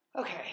Okay